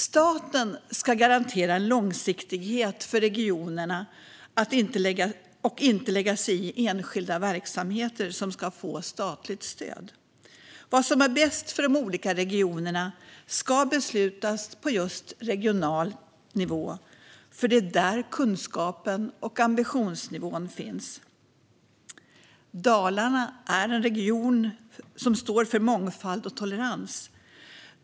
Staten ska garantera en långsiktighet för regionerna och inte lägga sig i enskilda verksamheter som ska få statligt stöd. Vad som är bäst för de olika regionerna ska beslutas på just regional nivå, för det är där kunskapen och ambitionsnivån finns. Dalarna är en region som står för mångfald och tolerans.